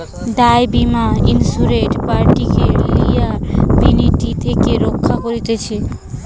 দায় বীমা ইন্সুরেড পার্টিকে লিয়াবিলিটি থেকে রক্ষা করতিছে